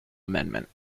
amendment